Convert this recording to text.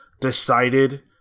decided